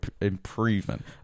improvement